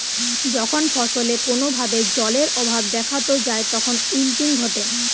যখন ফসলে কোনো ভাবে জলের অভাব দেখাত যায় তখন উইল্টিং ঘটে